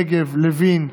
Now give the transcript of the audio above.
מירי רגב, יריב לוין,